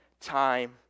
time